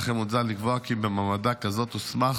לכן מוצע לקבוע כי מעבדה כזאת תוסמך